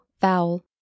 vowel